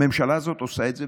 והממשלה הזאת עושה את זה,